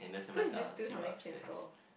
so you just do something simple